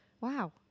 wow